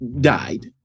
died